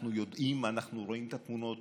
אנחנו יודעים ואנחנו רואים את התמונות,